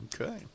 Okay